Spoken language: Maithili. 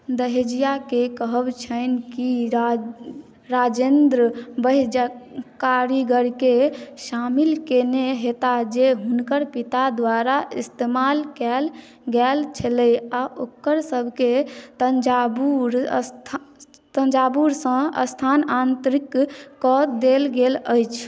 दहेजिया के कहब छनि की राजेन्द्र बहिजक कारीगर के शामिल केने हेता जे हुनकर पिता द्वारा ईस्तेमाल कएल गेल छलै आ ओकर सबके तंजावुर सँ स्थानांतरित कऽ देल गेल अछि